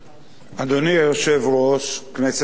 אדוני היושב-ראש, כנסת נכבדה,